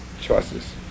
choices